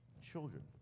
children